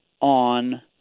on